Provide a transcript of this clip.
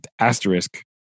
asterisk